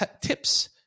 tips